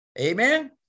amen